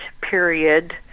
period